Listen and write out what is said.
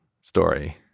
story